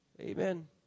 Amen